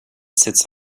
sits